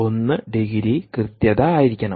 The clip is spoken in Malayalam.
1 ഡിഗ്രി കൃത്യത ആയിരിക്കണം